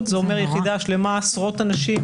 זה קשור להרבה דברים אחרים,